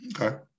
Okay